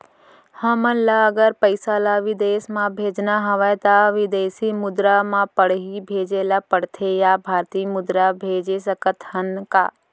हमन ला अगर पइसा ला विदेश म भेजना हवय त विदेशी मुद्रा म पड़ही भेजे ला पड़थे या भारतीय मुद्रा भेज सकथन का?